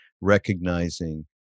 recognizing